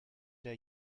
der